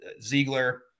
Ziegler –